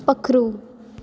पक्खरू